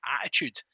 attitude